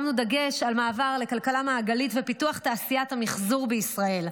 שמנו דגש על מעבר לכלכלה מעגלית ופיתוח תעשיית המחזור בישראל.